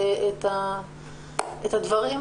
האם מאז יוני לא הצלחתם להניח על שולחנו של השר את הדברים?